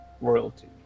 royalty